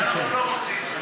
ואנחנו לא רוצים.